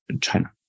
China